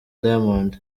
diamond